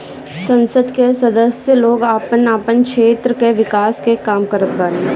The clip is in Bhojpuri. संसद कअ सदस्य लोग आपन आपन क्षेत्र कअ विकास के काम करत बाने